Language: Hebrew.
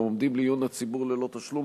והם עומדים לעיון הציבור ללא תשלום,